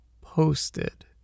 posted